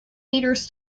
meters